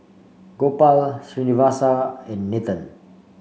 Gopal Srinivasa and Nathan